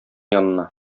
янына